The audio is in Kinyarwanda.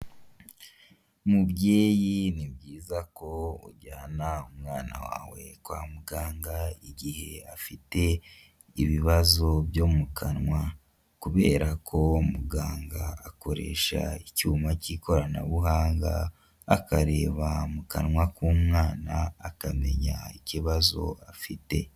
Mubyeyi ni byiza ko ujyana umwana wawe kwa muganga igihe afite ibibazo byo mu kanwa kubera ko muganga akoresha icyuma cy'ikoranabuhanga akareba mu kanwa k'umwana akamenya ikibazo afite.